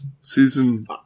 Season